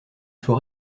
faut